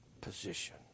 position